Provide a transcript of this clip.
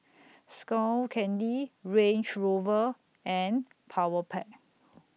Skull Candy Range Rover and Powerpac